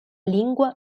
lingua